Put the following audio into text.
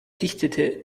dichtete